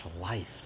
life